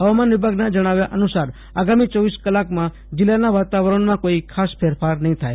હવામાન વિભાગના જણાવ્યા અનુસાર આગામી રજ કલાકમાં જિલ્લાના વાતાવરણમાં કોઈ ખાસ ફેરફાર નહી થાય